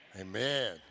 amen